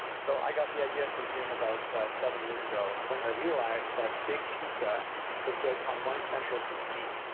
so i got the idea for zume about seven years ago when i realized that big pizza was built on one central conceit.